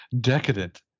decadent